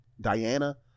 Diana